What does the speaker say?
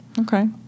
Okay